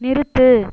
நிறுத்து